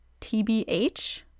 TBH